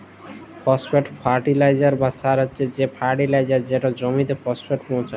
phosphate fertiliser বা সার হছে সে ফার্টিলাইজার যেটতে জমিতে ফসফেট পোঁছায়